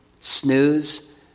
Snooze